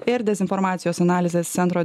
ir dezinformacijos analizės centro